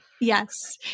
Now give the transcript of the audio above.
Yes